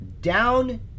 down